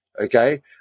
okay